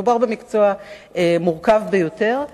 מדובר במקצוע מורכב ביותר,